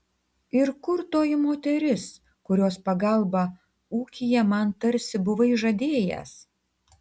ir kur toji moteris kurios pagalbą ūkyje man tarsi buvai žadėjęs